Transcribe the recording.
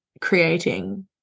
creating